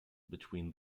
between